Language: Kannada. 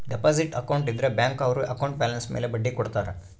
ಡೆಪಾಸಿಟ್ ಅಕೌಂಟ್ ಇದ್ರ ಬ್ಯಾಂಕ್ ಅವ್ರು ಅಕೌಂಟ್ ಬ್ಯಾಲನ್ಸ್ ಮೇಲೆ ಬಡ್ಡಿ ಕೊಡ್ತಾರ